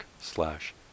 slash